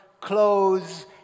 clothes